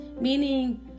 meaning